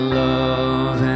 love